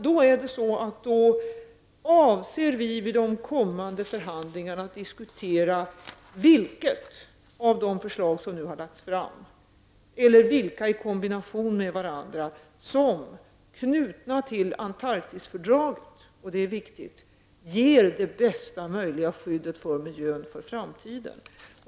Vi avser att i de kommande förhandlingarna diskutera vilket av de förslag som nu har lagts fram -- eller vilka i kombination med varandra -- som, vilket är viktigt, knutna till Antarktisfördraget ger det bästa möjliga skyddet för miljön i framtiden.